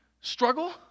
struggle